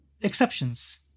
exceptions